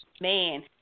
man